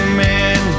man